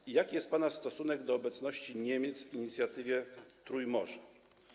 I jaki jest pana stosunek do obecności Niemiec w inicjatywie Trójmorza?